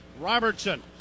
Robertson